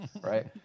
right